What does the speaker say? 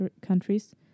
countries